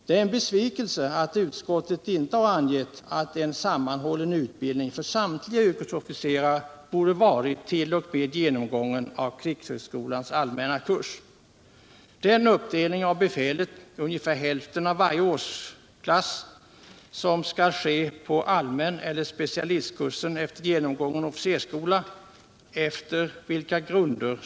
Det är en besvikelse att utskottet inte har angett att en sammanhållen utbildning för samtliga yrkesofficerare borde ha varat t.o.m. genomgången av krigshögskolans allmänna kurs. Efter vilka grunder skall den uppdelning av befälet göras — ungefär hälften av varje årsklass — som skall ske efter allmän kurs eller specialistkurs efter genomgången officersskola?